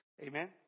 Amen